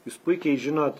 jūs puikiai žinot